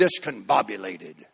discombobulated